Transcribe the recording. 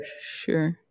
sure